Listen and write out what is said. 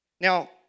Now